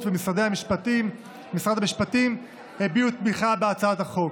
ומשרד המשפטים הביעו תמיכה בהצעת החוק.